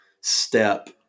step